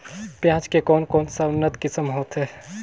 पियाज के कोन कोन सा उन्नत किसम होथे?